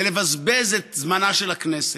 זה לבזבז את זמנה של הכנסת,